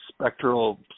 spectral